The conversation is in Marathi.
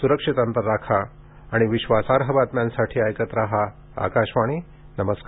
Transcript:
सुरक्षित अंतर राखा आणि विश्वासार्ह बातम्यांसाठी ऐकत राहा आकाशवाणी नमस्कार